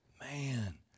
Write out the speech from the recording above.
Man